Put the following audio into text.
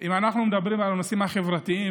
אם אנחנו מדברים על הנושאים החברתיים,